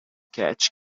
catch